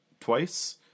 twice